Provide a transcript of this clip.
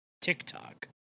TikTok